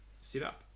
setup